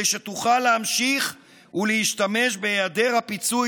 ועדיין פועלת כך היא כדי שתוכל להמשיך ולהשתמש בהיעדר הפיצוי